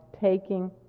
taking